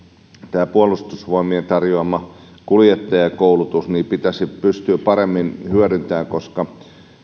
puolustusvoimien tarjoama kuljettajakoulutus pitäisi pystyä paremmin hyödyntämään koska